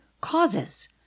causes